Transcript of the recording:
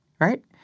right